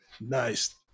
nice